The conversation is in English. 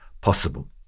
possible